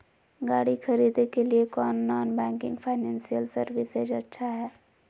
गाड़ी खरीदे के लिए कौन नॉन बैंकिंग फाइनेंशियल सर्विसेज अच्छा है?